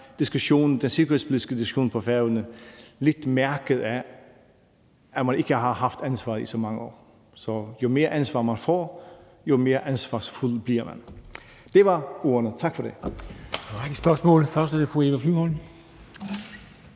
den sikkerhedspolitiske diskussion på Færøerne nogle gange er lidt mærket af, at man ikke har haft ansvaret i så mange år. Så jo mere ansvar, man får, jo mere ansvarsfuld bliver man. Det var ordene. Tak for det.